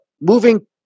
moving